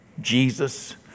Jesus